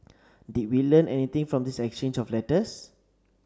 did we learn anything from this exchange of letters